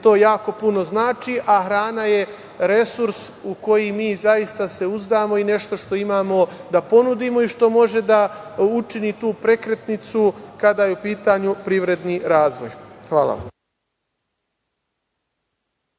To jako puno znači, a hrana je resurs u koji mi zaista se uzdamo i nešto što imamo da ponudimo i što može da učini tu prekretnicu kada je u pitanju privredni razvoj. Hvala vam.